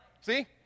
See